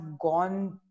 gone